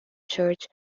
church